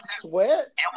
sweat